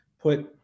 put